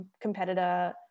competitor